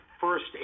first